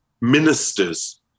Ministers